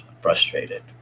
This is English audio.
frustrated